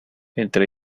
entre